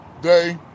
day